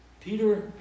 Peter